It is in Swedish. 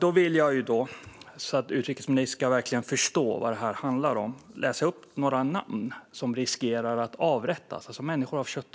För att utrikesministern verkligen ska förstå vad detta handlar om vill jag läsa upp några namn på personer som riskerar att avrättas om utrikesministern inte agerar.